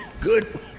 Good